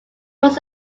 was